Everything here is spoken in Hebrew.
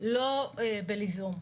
לא בליזום.